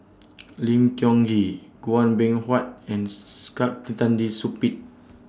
Lim Tiong Ghee Chua Beng Huat and Saktiandi Supaat